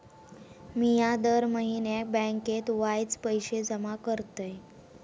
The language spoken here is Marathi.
मिया दर म्हयन्याक बँकेत वायच पैशे जमा करतय